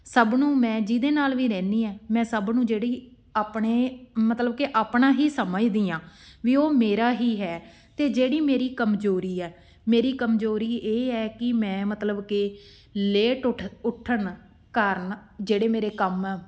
ਸਭ ਨੂੰ ਮੈਂ ਜਿਹਦੇ ਨਾਲ ਵੀ ਰਹਿੰਦੀ ਹੈ ਮੈਂ ਸਭ ਨੂੰ ਜਿਹੜੀ ਆਪਣੇ ਮਤਲਬ ਕਿ ਆਪਣਾ ਹੀ ਸਮਝਦੀ ਹਾਂ ਵੀ ਉਹ ਮੇਰਾ ਹੀ ਹੈ ਅਤੇ ਜਿਹੜੀ ਮੇਰੀ ਕਮਜ਼ੋਰੀ ਹੈ ਮੇਰੀ ਕਮਜ਼ੋਰੀ ਇਹ ਹੈ ਕਿ ਮੈਂ ਮਤਲਬ ਕਿ ਲੇਟ ਉੱਠ ਉੱਠਣ ਕਾਰਨ ਜਿਹੜੇ ਮੇਰੇ ਕੰਮ ਆ